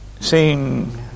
seeing